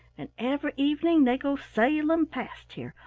and every evening they go sailing past here,